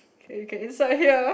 insert here